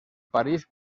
parís